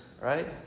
right